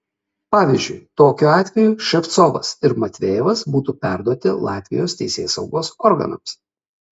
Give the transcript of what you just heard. pavyzdžiui tokiu atveju ševcovas ir matvejevas būtų perduoti latvijos teisėsaugos organams